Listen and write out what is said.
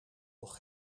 toch